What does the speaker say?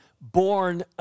born